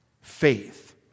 faith